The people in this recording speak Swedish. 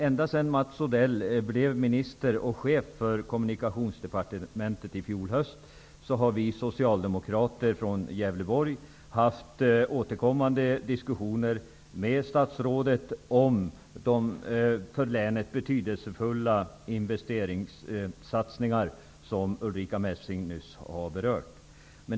Ända sedan Mats Odell blev minister och chef för Kommunikationsdepartementet i fjol höst har vi socialdemokrater från Gävleborg haft återkommande diskussioner med statsrådet om de för länet betydelsefulla investeringssatsningar som Ulrica Messing nyss har berört.